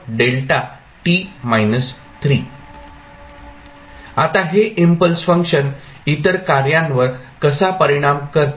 आता हे impulse function इतर कार्यांवर कसा परिणाम करते